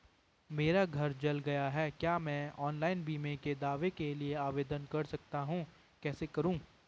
मेरा घर जल गया है क्या मैं ऑनलाइन बीमे के दावे के लिए आवेदन कर सकता हूँ कैसे करूँ?